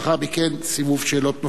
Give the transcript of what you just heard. לאחר מכן, סיבוב שאלות נוסף.